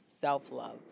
self-love